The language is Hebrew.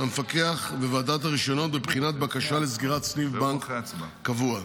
המפקח וועדת הרישיונות בבחינת בקשה לסגירת סניף בנק קבוע.